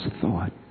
thought